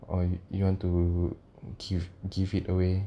or you want to give give it away